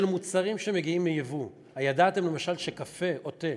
של מוצרים שמגיעים מיבוא: הידעתם למשל שקפה או תה,